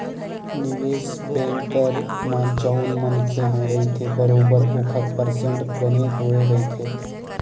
निवेस बेंकर म जउन मनखे ह रहिथे बरोबर ओखर परसेंट बने होय रहिथे